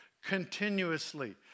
continuously